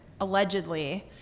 allegedly